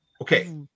Okay